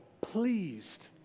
pleased